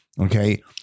okay